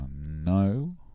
No